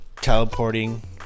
teleporting